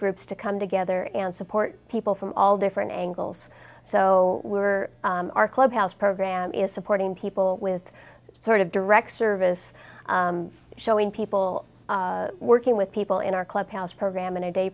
groups to come together and support people from all different angles so we were our clubhouse program is supporting people with sort of direct service showing people working with people in our clubhouse program a